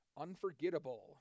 Unforgettable